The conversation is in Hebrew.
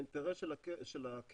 האינטרס של הקרן,